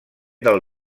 del